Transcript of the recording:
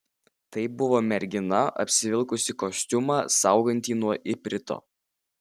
tai buvo mergina apsivilkusi kostiumą saugantį nuo iprito